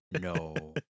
No